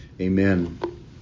amen